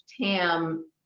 TAM